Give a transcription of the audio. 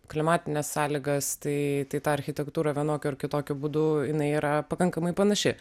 klimatines sąlygas tai tai ta architektūra vienokiu ar kitokiu būdu jinai yra pakankamai panaši